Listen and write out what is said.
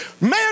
man